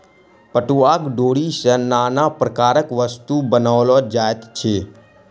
पटुआक डोरी सॅ नाना प्रकारक वस्तु बनाओल जाइत अछि